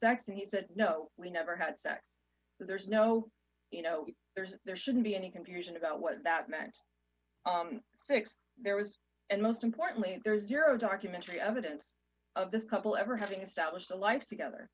sex and he said no we never had sex so there's no you know there's there shouldn't be any confusion about what that meant six there was and most importantly there is zero documentary evidence of this couple ever having established a life together